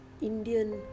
Indian